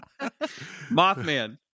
Mothman